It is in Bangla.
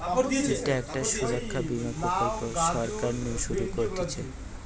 ইটা একটা সুরক্ষা বীমা প্রকল্প সরকার নু শুরু করতিছে